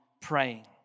praying